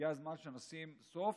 הגיע הזמן שנשים סוף